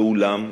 ואולם,